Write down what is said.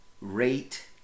rate